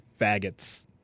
faggots